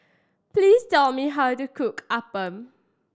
please tell me how to cook Appam